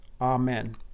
Amen